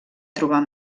trobar